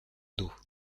dos